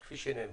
כפי שנאמר.